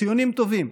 ציונים טובים,